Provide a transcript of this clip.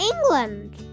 England